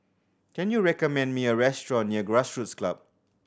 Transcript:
can you recommend me a restaurant near Grassroots Club